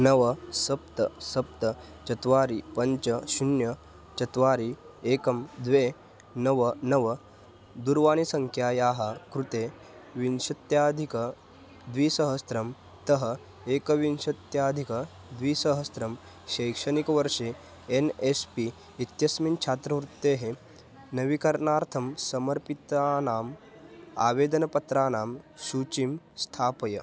नव सप्त सप्त चत्वारि पञ्च शून्यं चत्वारि एकं द्वे नव नव दूरवाणीसङ्ख्यायाः कृते विंशत्यधिकद्विसहस्रतः एकविंशत्यधिकद्विसहस्रं शैक्षणिकवर्षे एन् एस् पी इत्यस्मिन् छात्रवृत्तेः नवीकरणार्थं समर्पितानाम् आवेदनपत्राणां सूचीं स्थापय